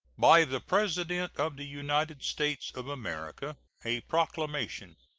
by the president of the united states of america. a proclamation.